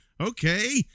okay